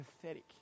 pathetic